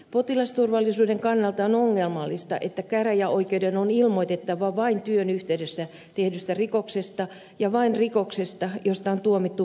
potilasturvallisuuden kannalta on ongelmallista että käräjäoikeuden on ilmoitettava vain työn yhteydessä tehdystä rikoksesta ja vain rikoksesta josta on tuomittu vankeusrangaistukseen